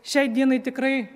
šiai dienai tikrai